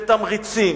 ותמריצים.